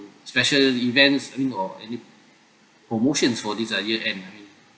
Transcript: special events I mean or any promotions for this uh year end I mean